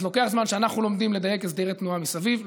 אז לוקח זמן עד שאנחנו לומדים לדייק הסדרי תנועה מסביב,